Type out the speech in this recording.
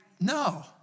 no